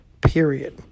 period